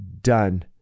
done